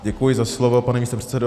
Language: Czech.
Děkuji za slovo, pane místopředsedo.